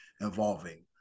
involving